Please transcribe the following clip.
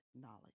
knowledge